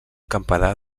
campanar